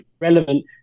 relevant